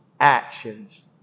actions